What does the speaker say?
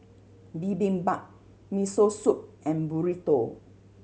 Bibimbap Miso Soup and Burrito